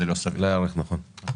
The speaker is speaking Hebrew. נכון,